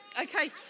Okay